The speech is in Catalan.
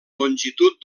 longitud